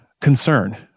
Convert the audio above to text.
concern